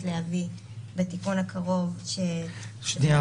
להביא בתיקון הקרוב שצפוי להגיע --- שנייה,